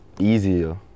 easier